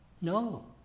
No